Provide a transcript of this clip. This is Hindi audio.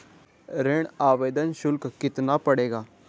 ऋण आवेदन शुल्क कितना पड़ेगा?